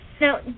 Now